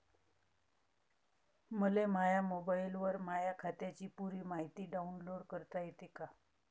मले माह्या मोबाईलवर माह्या खात्याची पुरी मायती डाऊनलोड करता येते का?